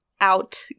out